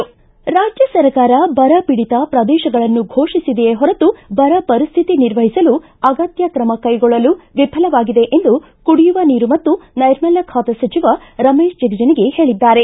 ರಾಜ್ಯ ಸರ್ಕಾರ ಬರಪೀಡಿತ ಪ್ರದೇಶಗಳನ್ನು ಘೋಷಿಸಿದಿಯೇ ಹೊರತು ಬರ ಪರಿಸ್ತಿತಿ ನಿರ್ವಹಿಸಲು ಅಗತ್ಯ ಕ್ರಮ ಕೈಗೊಳ್ಳಲು ವಿಫಲವಾಗಿದೆ ಎಂದು ಕುಡಿಯುವ ನೀರು ಮತ್ತು ನೈರ್ಮಲ್ಯ ಖಾತೆ ಸಚಿವ ರಮೇಶ್ ಜಿಗಜಿಣಗಿ ಹೇಳಿದ್ದಾರೆ